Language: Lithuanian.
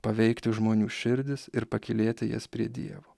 paveikti žmonių širdis ir pakylėti jas prie dievo